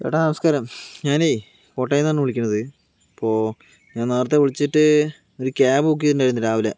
ചേട്ടാ നമസ്ക്കാരം ഞാനേ കോട്ടയത്തു നിന്നാണ് വിളിക്കണത് അപ്പോൾ ഞാൻ നേരത്തെ വിളിച്ചിട്ട് ഒരു ക്യാബ് ബുക്ക് ചെയ്തിട്ടുണ്ടായിരുന്നു രാവിലെ